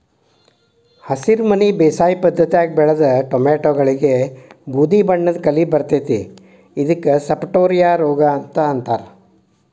ಹಸಿರುಮನಿ ಬೇಸಾಯ ಪದ್ಧತ್ಯಾಗ ಬೆಳದ ಟೊಮ್ಯಾಟಿಗಳಿಗೆ ಬೂದಿಬಣ್ಣದ ಕಲಿ ಬರ್ತೇತಿ ಇದಕ್ಕ ಸಪಟೋರಿಯಾ ರೋಗ ಅಂತಾರ